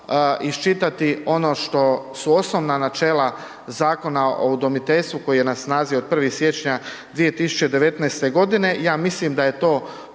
isčitati ono što su osnovna načela Zakona o udomiteljstvu koji je na snazi od 1. siječnja 2019.g., ja mislim da je to